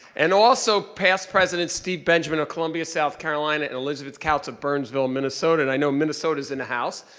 and also past presidents steve benjamin of colombia, south carolina and elizabeth kautz of burnsville, minnesota, and i know minnesota's in the house,